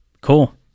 Cool